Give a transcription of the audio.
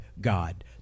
God